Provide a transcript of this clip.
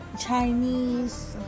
Chinese